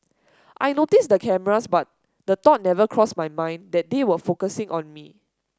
I noticed the cameras but the thought never crossed my mind that they were focusing on me